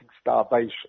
starvation